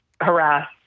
harass